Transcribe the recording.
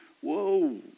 whoa